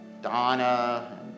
Donna